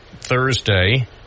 Thursday